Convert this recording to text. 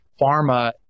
pharma